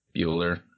Bueller